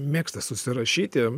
mėgsta susirašyti